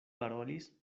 parolis